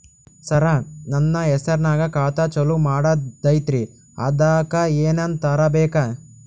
ಸರ, ನನ್ನ ಹೆಸರ್ನಾಗ ಖಾತಾ ಚಾಲು ಮಾಡದೈತ್ರೀ ಅದಕ ಏನನ ತರಬೇಕ?